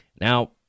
Now